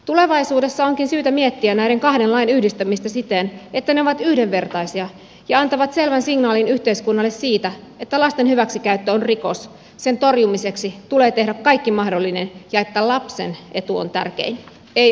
tulevaisuudessa onkin syytä miettiä näiden kahden lain yhdistämistä siten että ne ovat yhdenvertaisia ja antavat selvän signaalin yhteiskunnalle siitä että lasten hyväksikäyttö on rikos sen torjumiseksi tulee tehdä kaikki mahdollinen ja että lapsen etu on tärkein ei aikuisen etu